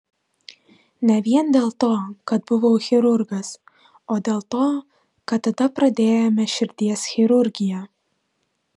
ne vien dėl to kad buvau chirurgas o dėl to kad tada pradėjome širdies chirurgiją